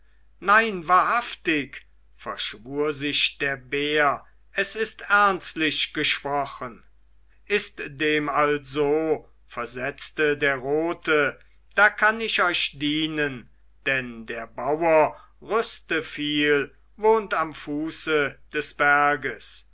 nein wahrhaftig verschwor sich der bär es ist ernstlich gesprochen ist dem also versetzte der rote da kann ich euch dienen denn der bauer rüsteviel wohnt am fuße des berges